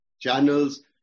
channels